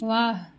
वाह